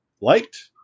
liked